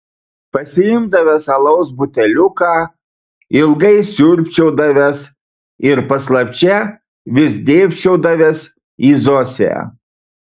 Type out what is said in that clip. pasiimdavęs alaus buteliuką ilgai siurbčiodavęs ir paslapčia vis dėbčiodavęs į zosę